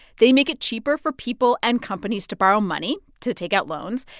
they make it cheaper for people and companies to borrow money, to take out loans.